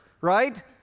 right